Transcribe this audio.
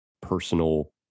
personal